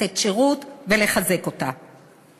לתת שירות ולחזק אותה.